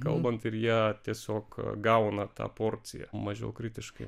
kalbant ir jie tiesiog gauna tą porciją mažiau kritiškai